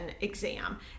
exam